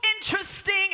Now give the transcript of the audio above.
interesting